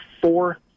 four